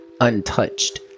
untouched